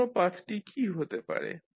অন্য পাথটি কী হতে পারে